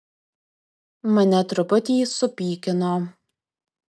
mane truputį supykino